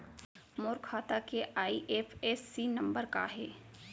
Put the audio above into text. मोर खाता के IFSC number का हे?